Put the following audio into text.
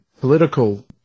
political